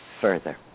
further